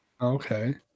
Okay